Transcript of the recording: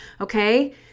Okay